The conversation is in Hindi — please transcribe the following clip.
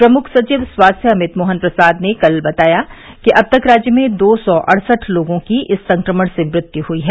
प्रमुख सचिव स्वास्थ्य अभित मोहन प्रसाद ने कल बताया कि अब तक राज्य में दो सौ अड़सठ लोगों की इस संक्रमण से मृत्यु हुई है